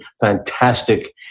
fantastic